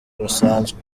busanzwe